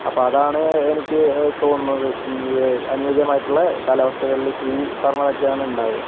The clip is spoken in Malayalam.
അപ്പോൾ അതാണ് എനിക്ക് തോന്നുന്നത് അനുയോജ്യമായിട്ടുള്ള കാലാവസ്ഥകളില് ഇപ്പം ഈ പറഞ്ഞതൊക്കെയാണ് ഉണ്ടാവുക